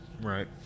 right